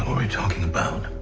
we talking about?